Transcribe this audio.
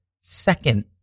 second